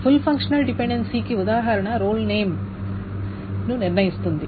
full functional డిపెండెన్సీకి ఉదాహరణ role name ను నిర్ణయిస్తుంది